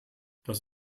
das